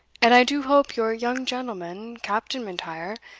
and i do hope your young gentleman, captain m'intyre,